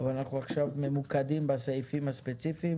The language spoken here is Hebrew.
אבל אנחנו עכשיו ממוקדים בסעיפים הספציפיים